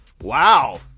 wow